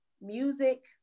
Music